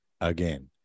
again